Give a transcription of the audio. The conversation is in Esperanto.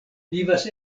vivas